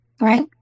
Right